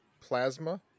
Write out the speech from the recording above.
plasma